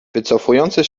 wycofujące